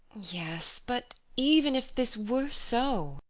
yes, but even if this were so?